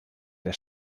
der